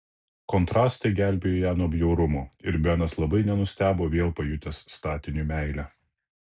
kontrastai gelbėjo ją nuo bjaurumo ir benas labai nenustebo vėl pajutęs statiniui meilę